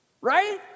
Right